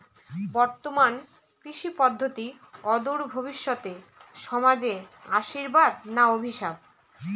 বর্তমান কৃষি পদ্ধতি অদূর ভবিষ্যতে সমাজে আশীর্বাদ না অভিশাপ?